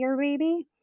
baby